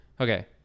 Okay